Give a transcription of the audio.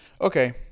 Okay